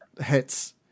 hits